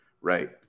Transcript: right